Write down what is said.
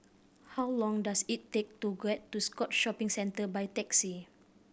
how long does it take to get to Scotts Shopping Centre by taxi